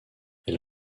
elle